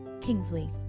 Kingsley